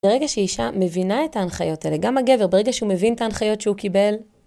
ברגע שאישה מבינה את ההנחיות האלה, גם הגבר, ברגע שהוא מבין את ההנחיות שהוא קיבל,